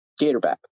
Gatorback